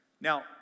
Now